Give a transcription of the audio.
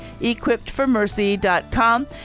EquippedForMercy.com